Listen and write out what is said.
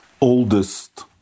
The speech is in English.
oldest